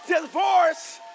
divorce